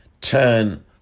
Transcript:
turn